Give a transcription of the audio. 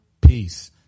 Peace